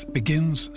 begins